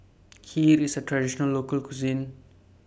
Kheer IS A Traditional Local Cuisine